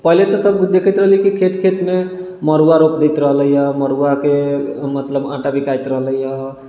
पहले तऽ सबकिछु देखैत रहलिऐ कि खेत खेतमे मरुआ रोप दैत रहलैए मरुआके मतलब आटा बिकाइत रहलैए